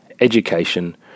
education